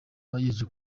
bagerageza